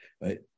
Right